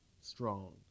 strong